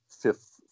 fifth